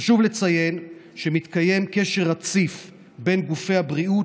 חשוב לציין שמתקיים קשר רציף בין גופי הבריאות